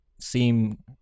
seem